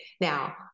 Now